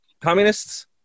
communists